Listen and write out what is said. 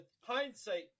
hindsight